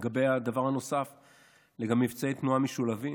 לגבי מבצעי תנועה משולבים,